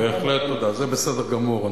בהחלט תודה, זה בסדר גמור.